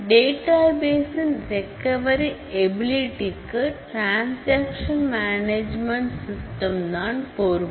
database இன் recovery ability க்கு transaction management system தான் பொறுப்பு